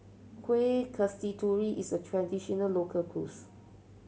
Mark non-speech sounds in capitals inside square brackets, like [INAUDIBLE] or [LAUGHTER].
Kuih Kasturi is a traditional local [UNINTELLIGIBLE]